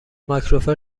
مایکروفر